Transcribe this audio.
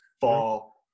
fall